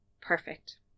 perfect